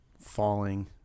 falling